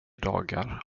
dagar